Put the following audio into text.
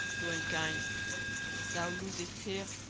though unkind thou losest here,